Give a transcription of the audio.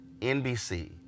NBC